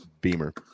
Beamer